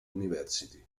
university